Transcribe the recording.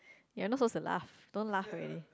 you are not suppose to laugh don't laugh already